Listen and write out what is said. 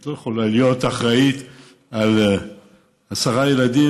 את לא יכולה להיות אחראית לעשרה ילדים